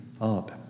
up